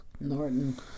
Norton